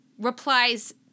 replies